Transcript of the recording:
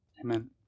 Amen